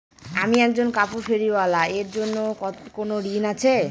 আমি একজন কাপড় ফেরীওয়ালা এর জন্য কোনো ঋণ আছে?